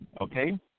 Okay